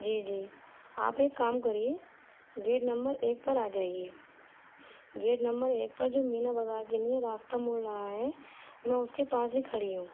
جی جی آپ ایک کام کریے گیٹ نمبر ایک پر آ جائیے گیٹ نمبر ایک پر جو مینا بازار کے لیے راستہ مڑ رہا ہے میں اس کے پاس ہی کھڑی ہوں